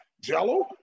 Jell-O